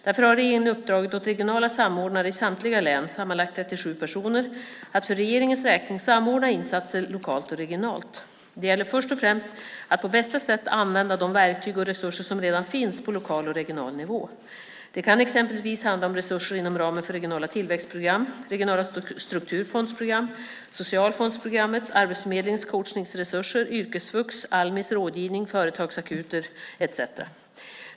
Därför har regeringen uppdragit åt regionala samordnare i samtliga län, sammanlagt 37 personer, att för regeringens räkning samordna insatser lokalt och regionalt. Det gäller först och främst att på bästa sätt använda de verktyg och resurser som redan finns på lokal och regional nivå. Det kan exempelvis handla om resurser inom ramen för regionala tillväxtprogram, regionala strukturfondsprogram, socialfondsprogrammet, Arbetsförmedlingens coachningsresurser, yrkesvux, Almis långivning, företagsakuter etcetera.